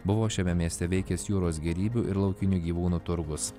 buvo šiame mieste veikęs jūros gėrybių ir laukinių gyvūnų turgus